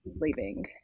leaving